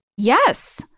Yes